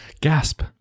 Gasp